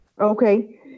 Okay